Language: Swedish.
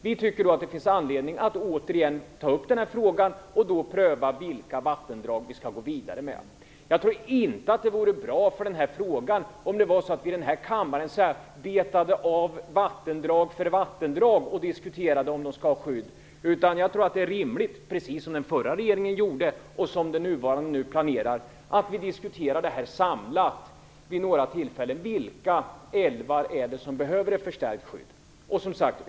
Vi tycker att det finns anledning att återigen ta upp den här frågan och då pröva vilka vattendrag som vi skall gå vidare med. Jag tror inte att det vore bra om vi i denna kammare betade av vattendrag efter vattendrag och diskuterade om de skulle ha skydd var och en för sig. Det är rimligt att man - precis som den förra regeringen gjorde och som den nuvarande nu planerar - vid några tillfällen samlat diskuterar vilka älvar som behöver ett förstärkt skydd.